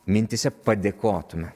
mintyse padėkotume